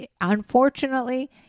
unfortunately